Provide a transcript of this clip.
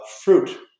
Fruit